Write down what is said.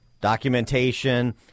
documentation